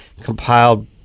compiled